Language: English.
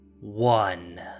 one